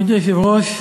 גברתי היושבת-ראש,